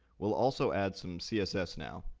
we'll also add some css now.